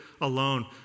alone